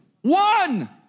one